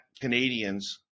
Canadians